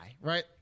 right